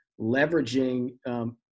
leveraging